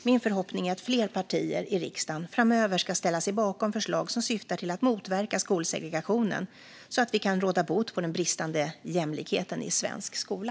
Min förhoppning är att fler partier i riksdagen framöver ska ställa sig bakom förslag som syftar till att motverka skolsegregationen så att vi kan råda bot på den bristande jämlikheten i svensk skola.